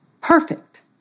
perfect